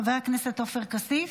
חבר הכנסת עופר כסיף,